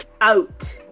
out